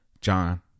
John